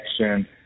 action